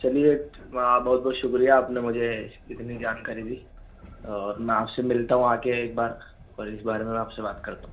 چلیے آب بہت بہت شکریہ آپ نے مجھے اتنی جانکاری دی اور میں آپ سے ملتا ہوں آ کے ایک بار اور اس بارے میں میں آپ سے بات کرتا ہوں